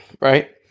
right